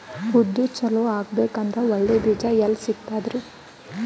ಉದ್ದು ಚಲೋ ಆಗಬೇಕಂದ್ರೆ ಒಳ್ಳೆ ಬೀಜ ಎಲ್ ಸಿಗತದರೀ?